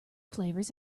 flavors